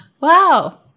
Wow